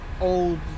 old